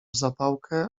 zapałkę